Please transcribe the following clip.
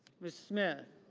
ms. smith.